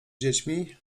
dziećmi